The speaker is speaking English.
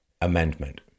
amendment